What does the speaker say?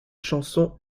chansons